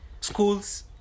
Schools